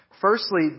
Firstly